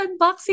unboxing